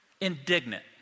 indignant